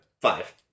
five